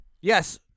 Yes